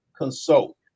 Consult